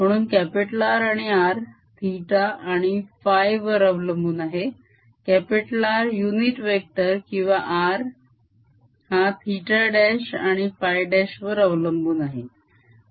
म्हणून R आणि r θ आणि φ वर अवलंबून आहे R युनिट वेक्टर किंवा R हा θ' आणि φ' वर अवलंबून आहे